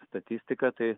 statistika tai